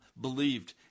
believed